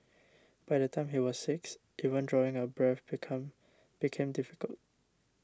by the time he was six even drawing a breath become became difficult